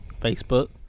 Facebook